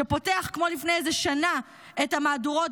שפותח כמו לפני איזה שנה את המהדורות